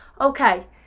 okay